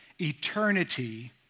eternity